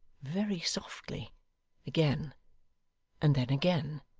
very softly again and then again,